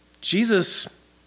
Jesus